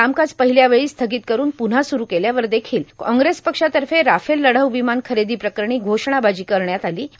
कामकाज पर्माहल्या वेळी स्थागत करून पुन्हा सुरु केल्यावर देखील काँग्रेस पक्षातफ राफेल लढाऊ विमान खरेदां प्रकरणी घोषणाबाजी करण्यात आलां